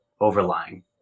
overlying